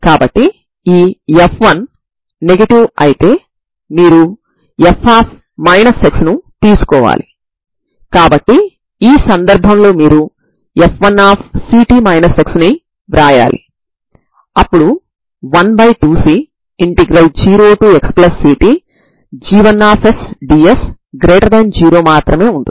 కానీ sin μ 0 అని మనకు తెలుసు కాబట్టి దాని నుండి sin μb cos μa cos μb sin μa 0 అవుతుంది